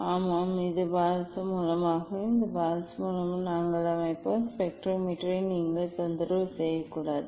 ஆமாம் இது பாதரச மூலமாகும் இது பாதரச மூலமாகும் நாங்கள் அமைப்போம் ஸ்பெக்ட்ரோமீட்டரை நீங்கள் தொந்தரவு செய்யக்கூடாது